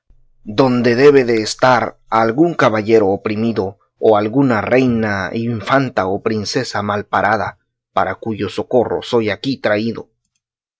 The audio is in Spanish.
donde debe de estar algún caballero oprimido o alguna reina infanta o princesa malparada para cuyo socorro soy aquí traído